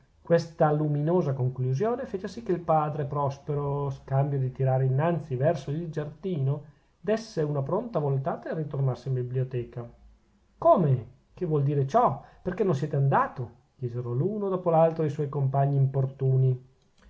questa luminosa conclusione fece sì che il padre prospero scambio di tirare innanzi verso il giardino dèsse una pronta voltata e ritornasse in biblioteca come che vuol dir ciò perchè non siete andato chiesero l'uno dopo l'altro i suoi compagni importuni